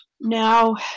Now